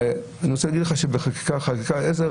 אבל אני רוצה להגיד לך שבחקיקת חוקי עזר,